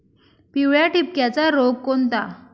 पिवळ्या ठिपक्याचा रोग कोणता?